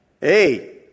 Hey